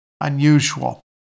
unusual